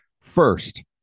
First